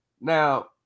now